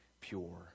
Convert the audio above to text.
pure